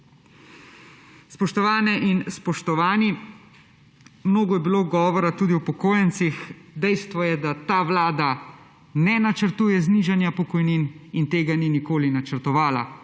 Spoštovane in spoštovani! Mnogo je bilo govora tudi o upokojencih. Dejstvo je, da ta vlada ne načrtuje znižanja pokojnin in tega ni nikoli načrtovala.